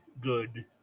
good